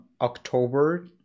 October